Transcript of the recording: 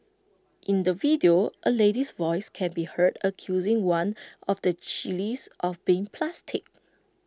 in the video A lady's voice can be heard accusing one of the chillies of being plastic